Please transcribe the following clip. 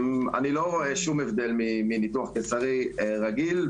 אני לא רואה הבדל מניתוח קיסרי רגיל,